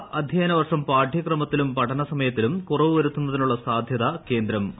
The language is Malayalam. അടുത്ത അധ്യയന വർഷം പാഠ്യക്രമത്തിലും പഠന സമയത്തിലും കുറവു വരുത്തുന്നതിനുള്ള സാധൃത കേന്ദ്രം ആരായും